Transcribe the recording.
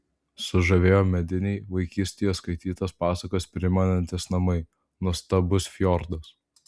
sužavėjo mediniai vaikystėje skaitytas pasakas primenantys namai nuostabus fjordas